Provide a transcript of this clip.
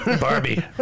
Barbie